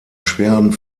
schweren